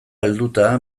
helduta